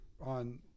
on